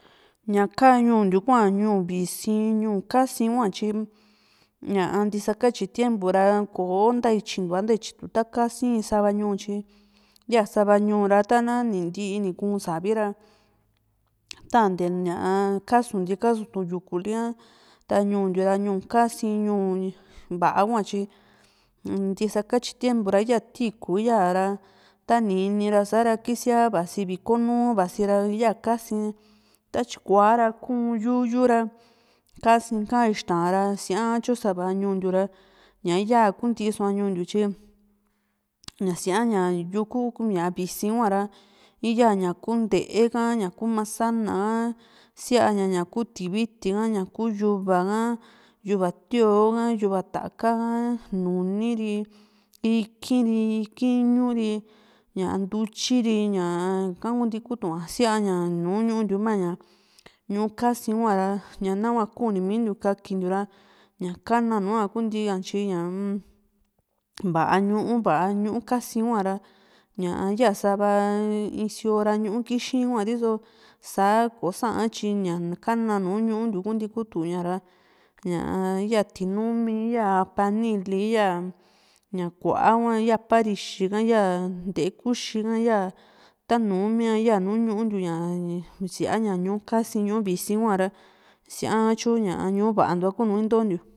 ñaka ñuuntiu hua ñuu visi´n ñuu kasi´n hua tyi ña ntisakatyi tiempo ra kò´o ntaityintuva ntaityitu ta´ka sii ñuu tyi ya sava ñuu ra ta na ni ntii nu ku´n savi ra tante kasunti kasutu yukuli´a ta ñuuntiu ra ñuu kasi ñuu va´a hua tyi ntisa katyi tiempo ra yaa tiikù iyaa ra ta ni iini ra sa´ra kisia vasi viko nuu vasi ra ya kasi´n ta tyikua ra ku´un yu´yu ra ka´sin ka ixtaa´n ra sia´a tyo sava ñuu ntiura ña yaa kuntisoa ñuu ntiu tyi ña sia´ña yuku visi huara iyaa ña ku nte´e ka, ña ku masana ka, siaña´ña ku tiviti ha, ña ku yuva ha, yuva tóo ha, yuva ta´ka ha, nuni ri, ikì´n ri, ikì´n i´ñu ri, ña ntutyi ri, ñaka kunti kutua siaña nùù ñuu ntiu mia´ña ñuu kasi huara ña nahua kunimintiu kakintiu ra ña ñaka nua kuntia tyi ña va´a ñuu va´a ñuu kasii huara ña yaa sava isioo ra ñuu kixi so sa ko sa´a tyi ña ka´na nùù ñuu ntiu kunti kuu tu´ña ra ñaa yaa tinumi, yaa panili yaa, ñakua hua ya parixi ha yaa nte´e kuxi ka yaa, tanu mia yaa nùù ñuu ntiu siaña ñuu kasi´n ñuu visi´n huara siaa tyo ña ñuu vantua ku nu intintiu.